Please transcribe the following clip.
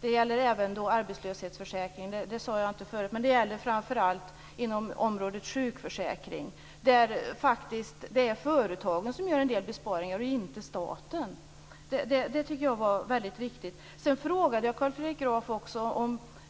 Det gäller även arbetslöshetsförsäkringen, vilket jag inte sade förut. Men det gäller framför allt inom sjukförsäkringsområdet, där det faktiskt är företagen som gör en del besparingar och inte staten. Det tycker jag är mycket viktigt. Sedan frågade jag också Carl Fredrik Graf